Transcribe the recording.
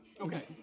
Okay